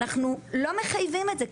אנחנו לא מחייבים את זה,